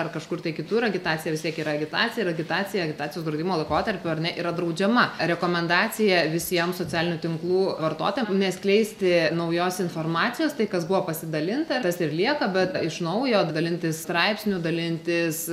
ar kažkur tai kitur agitacija vis tiek yra agitacija ir agitacija agitacijos draudimo laikotarpiu ar ne yra draudžiama rekomendacija visiem socialinių tinklų vartotojam neskleisti naujos informacijos tai kas buvo pasidalinta tas ir lieka bet iš naujo dalintis straipsniu dalintis